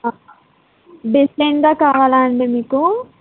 డిఫరెంట్గా కావాలా అండి మీకు